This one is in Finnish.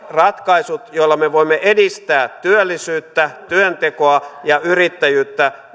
ratkaisut joilla me voimme edistää työllisyyttä työntekoa ja yrittäjyyttä